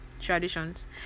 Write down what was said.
traditions